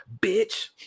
bitch